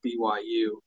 BYU